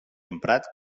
emprat